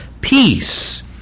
peace